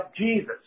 Jesus